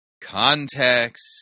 context